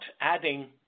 adding